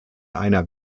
einer